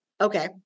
Okay